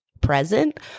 present